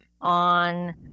on